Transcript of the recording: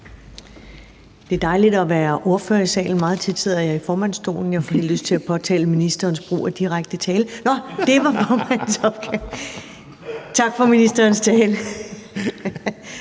Det er dejligt at være ordfører i salen. Meget tit sidder jeg jo i formandsstolen, og jeg får lige lyst til at påtale ministerens brug af direkte tiltale! Nå, det er formandens opgave. Tak for ministerens tale.